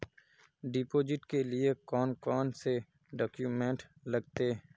Deposit के लिए कौन कौन से डॉक्यूमेंट लगते?